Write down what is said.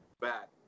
back